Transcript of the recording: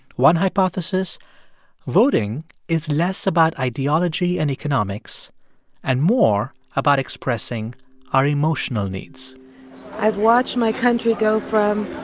one hypothesis voting is less about ideology and economics and more about expressing our emotional needs i've watched my country go from